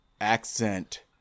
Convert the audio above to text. accent